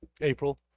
april